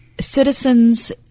citizens